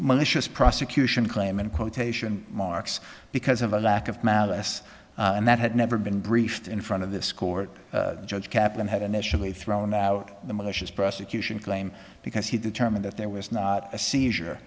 malicious prosecution claim in quotation marks because of a lack of malice and that had never been breached in front of this court judge kaplan had initially thrown out the malicious prosecution claim because he determined that there was not a seizure